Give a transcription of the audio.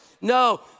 No